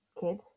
kid